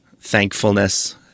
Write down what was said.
thankfulness